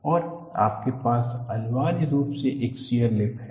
और आपके पास अनिवार्य रूप से एक शियर लिप है